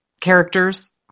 characters